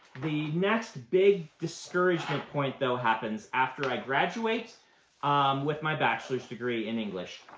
the next big discouragement point, though, happens after i graduate with my bachelor's degree in english.